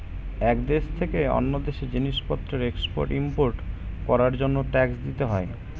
এক দেশ থেকে অন্য দেশে জিনিসপত্রের এক্সপোর্ট ইমপোর্ট করার সময় ট্যাক্স দিতে হয়